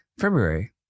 February